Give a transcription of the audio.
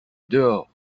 dehors